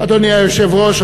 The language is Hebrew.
אדוני היושב-ראש,